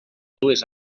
dues